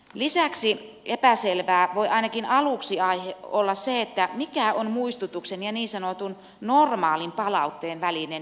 lisäksi epäselvää voi ainakin aluksi olla se mikä on muistutuksen ja niin sanotun normaalin palautteen välinen ero